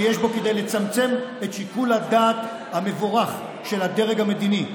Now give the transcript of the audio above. שיש בו כדי לצמצם את שיקול הדעת המבורך של הדרג המדיני.